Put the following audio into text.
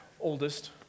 oldest